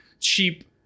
cheap